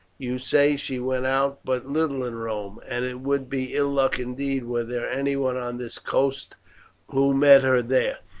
you say she went out but little in rome, and it would be ill luck indeed were there anyone on this coast who met her there.